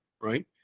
right